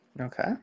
Okay